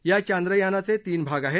या चांद्रयानाचे तीन भाग आहेत